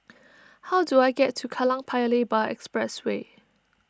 how do I get to Kallang Paya Lebar Expressway